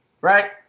right